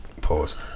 Pause